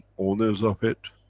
owners of it,